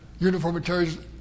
uniformitarianism